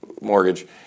Mortgage –